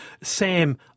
Sam